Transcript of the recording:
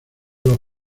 los